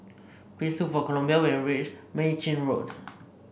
please look for Columbia when you reach Mei Chin Road